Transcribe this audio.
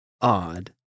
odd